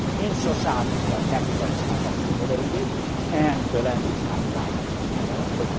in societies where capital is not accumulated and the land is not privately owned,